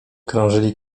krążyli